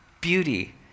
beauty